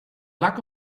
luck